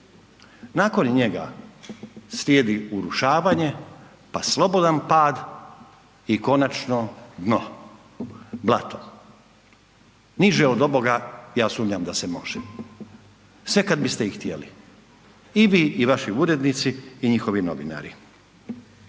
Nakon njega, slijedi urušavanje pa slobodan pad i konačno dno, blato. Niže od ovoga, ja sumnjam da može sve kad biste i htjeli. I vi i vaši urednici i njihovi novinari.